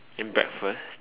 and breakfast